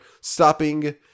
stopping